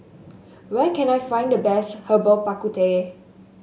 where can I find the best Herbal Bak Ku Teh